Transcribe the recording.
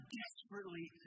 desperately